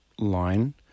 line